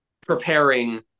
preparing